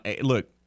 Look